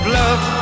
love